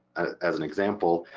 as an example,